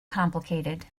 complicated